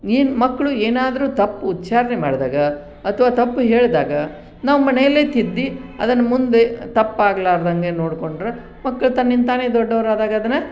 ಏನು ಮಕ್ಕಳು ಏನಾದರು ತಪ್ಪು ಉಚ್ಛಾರಣೆ ಮಾಡಿದಾಗ ಅಥವಾ ತಪ್ಪು ಹೇಳಿದಾಗ ನಾವು ಮನೇಲೆ ತಿದ್ದಿ ಅದನ್ನು ಮುಂದೆ ತಪ್ಪಾಗಲಾರ್ದಂಗೆ ನೋಡಿಕೊಂಡ್ರೆ ಮಕ್ಕಳು ತನ್ನಿಂದ ತಾನೇ ದೊಡ್ಡವರಾದಾಗ ಅದನ್ನು